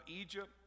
Egypt